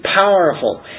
powerful